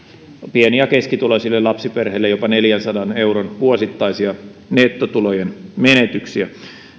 pieni ja keskituloisille lapsiperheille jopa neljänsadan euron vuosittaisia nettotulojen menetyksiä